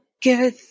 get